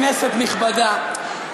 כנסת נכבדה,